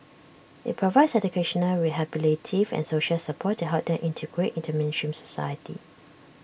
IT provides educational rehabilitative and social support to help them integrate into mainstream society